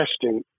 testing